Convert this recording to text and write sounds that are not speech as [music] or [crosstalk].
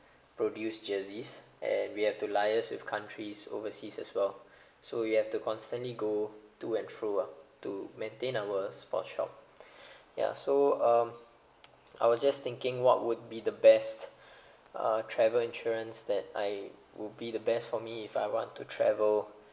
produce jerseys and we have to liaise with countries overseas as well so we have to constantly go to and fro ah to maintain our sport shop [breath] ya so um I was just thinking what would be the best [breath] uh travel insurance that I would be the best for me if I want to travel